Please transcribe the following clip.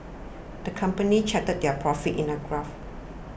the company charted their profits in a graph